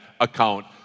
account